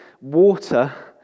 water